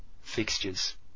Fixtures